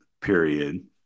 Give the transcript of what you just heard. period